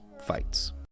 fights